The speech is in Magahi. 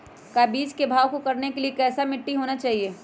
का बीज को भाव करने के लिए कैसा मिट्टी होना चाहिए?